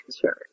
concern